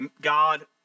God